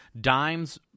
Dimes